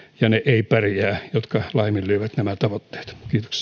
ja ne eivät pärjää jotka laiminlyövät nämä tavoitteet